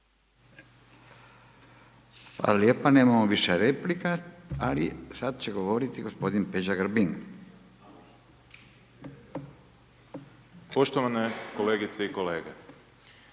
lijepa. Nemamo više replika, ali sad će govoriti gospodin Peđa Grbin. **Grbin, Peđa (SDP)** Poštovane kolegice i kolege,